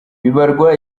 bibarwa